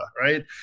right